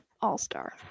All-Star